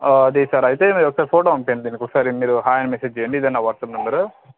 అది సార్ అయితే మీరు ఒకసారి ఫోటో పంపించండి దీనికి ఒకసారి మీరు హాయ్ అని మెసేజ్ చేయండి ఇది నా వాట్స్అప్ నంబర్